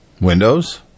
windows